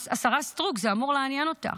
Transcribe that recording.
השרה סטרוק, זה אמור לעניין אותך.